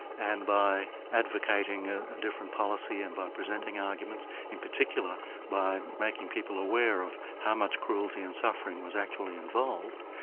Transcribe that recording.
and by advocating a different policy and by presenting arguments, in particular by making people aware of how much cruelty and suffering was actually involved,